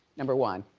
number one,